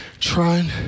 trying